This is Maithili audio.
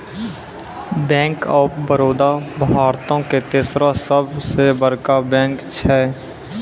बैंक आफ बड़ौदा भारतो के तेसरो सभ से बड़का बैंक छै